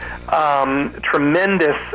tremendous